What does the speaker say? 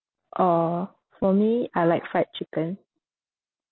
uh for me I like fried chicken